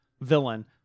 villain